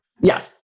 Yes